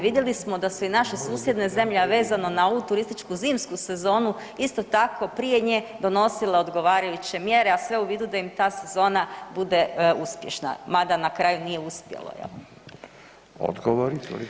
Vidjeli smo da su i naše susjedne zemlje, a vezano na ovu turističku zimsku sezonu isto tako prije nje donosile odgovarajuće mjere, a sve u vidu da im ta sezona bude uspješna, mada na kraju nije uspjelo, jel.